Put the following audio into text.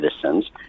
citizens